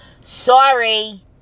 sorry